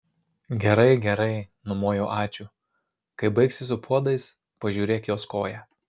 gerai gerai numojo ačiū kai baigsi su puodais pažiūrėk jos koją